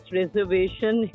reservation